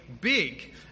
Big